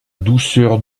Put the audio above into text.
douceur